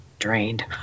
drained